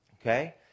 okay